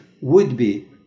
would-be